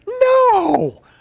No